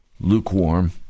lukewarm